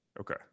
Okay